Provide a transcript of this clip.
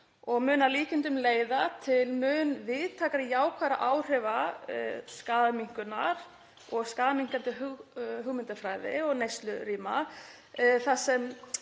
og mun að líkindum leiða til mun víðtækari jákvæðra áhrifa skaðaminnkunar og skaðaminnkandi hugmyndafræði og neyslurýma þar sem